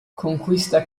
conquista